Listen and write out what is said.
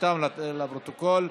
סמוטריץ, שלושתם לפרוטוקול.